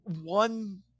one